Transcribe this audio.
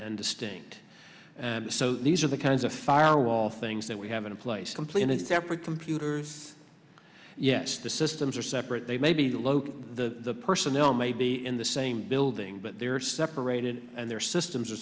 and distinct so these are the kinds of firewall things that we have in place simply in a separate computers yes the systems are separate they may be local the personnel may be in the same building but they're separated and their systems are